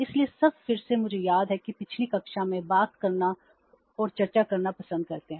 इसलिए सब फिर से मुझे याद है कि पिछली कक्षा में बात करना और चर्चा करना पसंद करते हैं